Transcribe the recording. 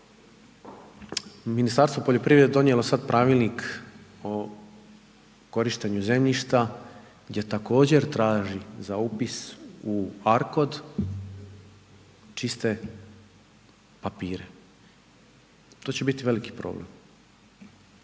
Ministarstvo poljoprivrede je donijelo sad pravilnik o korištenju zemljišta gdje također traži za upis u ARKOD čiste papire. To će biti veliki problem.